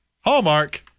Hallmark